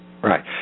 Right